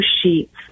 sheets